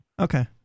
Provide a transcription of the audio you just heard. Okay